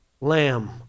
lamb